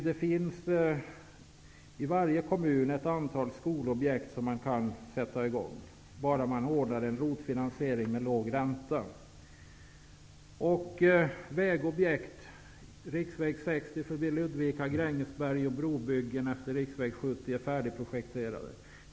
Det finns i varje kommun ett antal skolobjekt som kan sättas i gång bara man ordnar en ROT-finansiering med låg ränta. Det finns också ett antal vägobjekt. Riksväg 60 förbi Ludvika och Grängesberg samt brobyggen efter riksväg 70 är t.ex. färdigprojekterade.